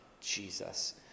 Jesus